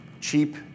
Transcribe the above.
cheap